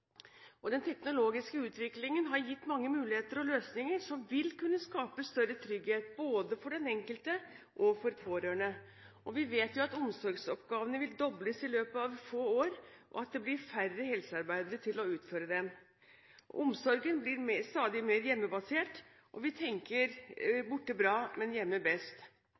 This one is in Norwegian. og den teknologiske utviklingen har gitt mange muligheter og løsninger som vil kunne skape større trygghet både for den enkelte og for pårørende. Vi vet at omsorgsoppgavene vil dobles i løpet av få år, og at det blir færre helsearbeidere til å utføre dem. Omsorgen blir stadig mer hjemmebasert, og vi tenker borte bra, men hjemme best.